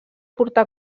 portà